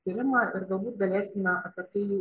tyrimą ir galbūt galėsime apie tai